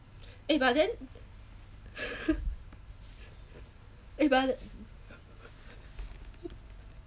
eh but then eh but